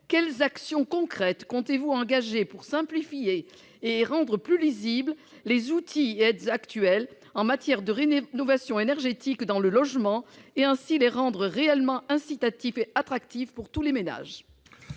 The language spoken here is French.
quelles actions concrètes le Gouvernement compte-t-il engager pour simplifier et rendre plus lisibles les outils et aides actuels en matière de rénovation énergétique dans le logement et ainsi les rendre réellement incitatifs et attractifs pour tous les ménages ?